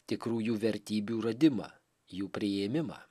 tikrųjų vertybių radimą jų priėmimą